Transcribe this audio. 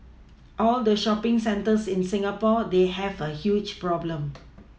all the shopPing centres in Singapore they have a huge problem